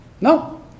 No